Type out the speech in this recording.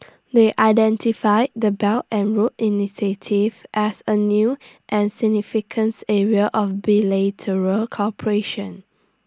they identified the belt and road initiative as A new and significance area of bilateral cooperation